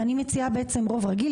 ואני מציעה רוב רגיל.